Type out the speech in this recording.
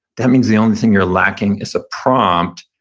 that means the only thing you're lacking is a prompt.